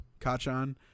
Kachan